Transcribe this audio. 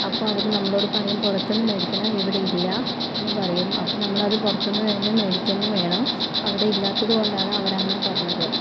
അപ്പോൾ അവര് നമ്മളോട് പറയും പുറത്ത് നിന്ന് മേടിക്കണം ഇവിടെ ഇല്ല എന്ന് പറയും അപ്പോൾ നമ്മളത് പുറത്തുനിന്ന് തന്നെ മേടിക്കുക തന്നെ വേണം അവിടെ ഇല്ലാത്തത് കൊണ്ടാണ് അവരങ്ങനെ പറഞ്ഞത്